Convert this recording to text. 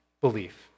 belief